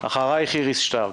אחרייך איריס שטרק.